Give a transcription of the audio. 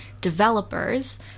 developers